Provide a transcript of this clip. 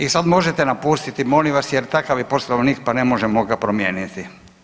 I sad možete napustiti, molim vas jer takav je Poslovnik pa ne možemo ga promijeniti.